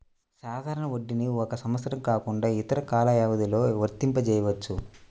సాధారణ వడ్డీని ఒక సంవత్సరం కాకుండా ఇతర కాల వ్యవధిలో వర్తింపజెయ్యొచ్చు